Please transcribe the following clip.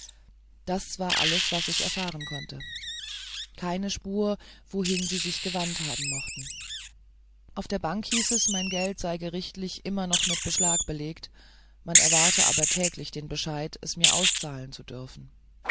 das war alles was ich erfahren konnte keine spur wohin sie sich gewandt haben mochten auf der bank hieß es mein geld sei gerichtlich immer noch mit beschlag belegt man erwarte aber täglich den bescheid es mir auszahlen zu dürfen